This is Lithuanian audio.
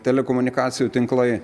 telekomunikacijų tinklai